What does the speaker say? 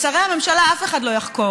את שרי הממשלה אף אחד לא יחקור,